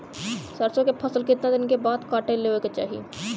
सरसो के फसल कितना दिन के बाद काट लेवे के चाही?